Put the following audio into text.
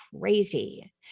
crazy